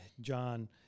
john